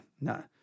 no